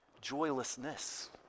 joylessness